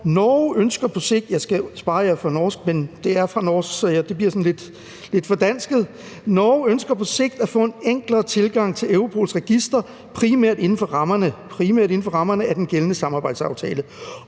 Norge ønsker på sigt at få en enklere tilgang til Europols register, primært inden for rammerne af den gældende samarbejdsaftale.